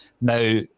Now